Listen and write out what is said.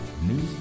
News